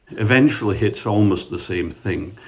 eventually, it's almost the same thing.